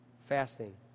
Fasting